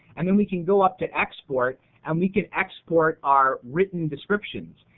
and then we can go up to export and we can export our written descriptions.